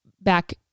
back